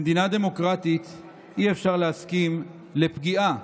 במדינה דמוקרטית אי-אפשר להסכים לפגיעה